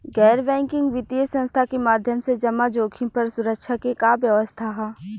गैर बैंकिंग वित्तीय संस्था के माध्यम से जमा जोखिम पर सुरक्षा के का व्यवस्था ह?